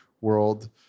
world